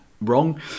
wrong